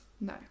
No